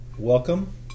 Welcome